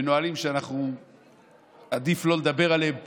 בנהלים שעדיף לא לדבר עליהם פה.